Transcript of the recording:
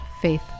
faith